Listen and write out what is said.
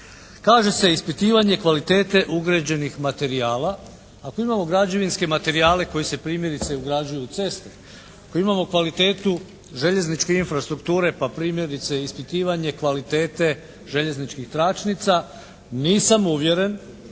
kaže se ispitivanje kvalitete ugrađenih materijala. Ako imamo građevinske materijale koji se primjerice ugrađuju u ceste, ako imamo kvalitetu željezničke infrastrukture pa primjerice ispitivanje kvalitete željezničkih tračnica nisam uvjeren